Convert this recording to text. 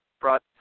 brought